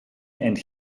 and